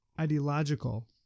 ideological